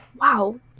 Wow